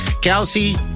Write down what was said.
Kelsey